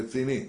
רציני,